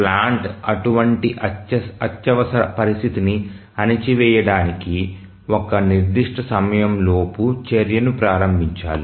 plant అటువంటి అత్యవసర పరిస్థితిని అణిచి వేయడానికి ఒక నిర్దిష్ట సమయం లోపు చర్యను ప్రారంభించాలి